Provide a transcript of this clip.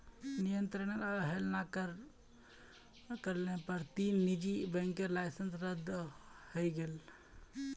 नियंत्रनेर अवहेलना कर ल पर तीन निजी बैंकेर लाइसेंस रद्द हई गेले